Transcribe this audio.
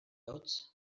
hotz